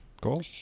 Cool